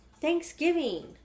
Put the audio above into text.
Thanksgiving